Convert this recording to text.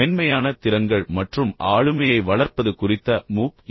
மென்மையான திறன்கள் மற்றும் ஆளுமையை வளர்ப்பது குறித்த மூக் என்